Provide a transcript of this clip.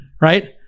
right